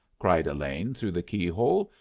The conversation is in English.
cried elaine through the key-hole.